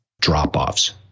Drop-offs